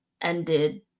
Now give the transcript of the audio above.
ended